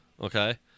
Okay